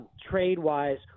trade-wise